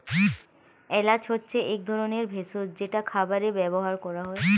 এলাচ হচ্ছে এক ধরনের ভেষজ যেটা খাবারে ব্যবহার করা হয়